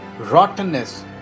rottenness